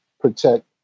protect